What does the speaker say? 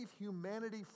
humanity